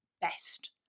best